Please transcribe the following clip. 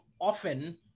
often